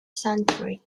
century